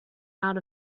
out